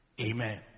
Amen